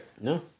No